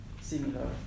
similar